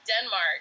Denmark